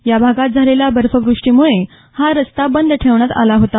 या भागात झालेल्या बर्फव्रष्टीमुळे हा रस्ता बंद ठेवण्यात आला होता